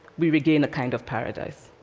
we regain a kind of paradise.